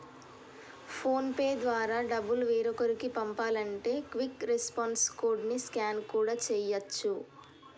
phone pay ద్వారా డబ్బులు వేరొకరికి పంపాలంటే క్విక్ రెస్పాన్స్ కోడ్ ని స్కాన్ కూడా చేయచ్చు